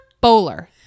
bowler